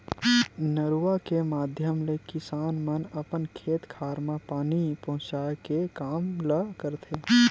नरूवा के माधियम ले ही किसान मन अपन खेत खार म पानी पहुँचाय के काम ल करथे